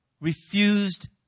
refused